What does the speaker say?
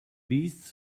beasts